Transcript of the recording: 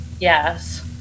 Yes